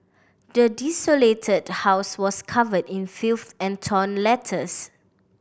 the desolated house was covered in filth and torn letters